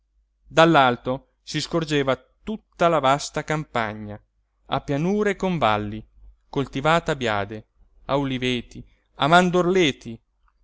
dall'alto si scorgeva tutta la vasta campagna a pianure e convalli coltivata a biade a oliveti